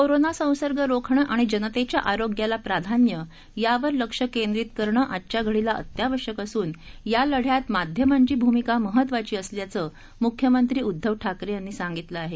corona संसर्ग रोखणं आणि जनतेच्या आरोग्याला प्राधान्य यावर लक्ष केंद्रित करणं आजच्या घडीला अत्यावश्यक असून या लढ्यात माध्यमांची भूमिका महत्वाची असल्याचं मुख्यमंत्री उद्धव ठाकरे यांनी सांगितलं आहे